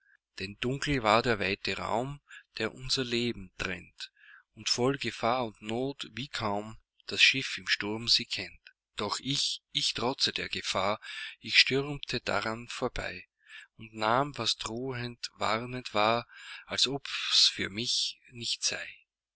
denn dunkel war der weite raum der unser leben trennt und voll gefahr und rot wie kaum das schiff im sturm sie kennt doch ich ich trotzte der gefahr ich stürmte dran vorbei und nahm was drohend warnend war als ob's für mich nicht sei